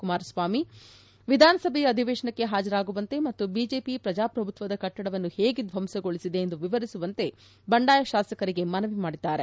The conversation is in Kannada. ಕುಮಾರಸ್ವಾಮಿ ವಿಧಾನಸಭೆಯ ಅಧಿವೇಶನಕ್ಕೆ ಹಾಜರಾಗುವಂತೆ ಮತ್ತು ಬಿಜೆಪಿ ಪ್ರಜಾಪ್ರಭುತ್ವದ ಕಟ್ಟಡವನ್ನು ಹೇಗೆ ಧ್ವಂಸಗೊಳಿಸಿದೆ ಎಂದು ವಿವರಿಸುವಂತೆ ಬಂಡಾಯ ಶಾಸಕರಿಗೆ ಮನವಿ ಮಾಡಿದ್ದಾರೆ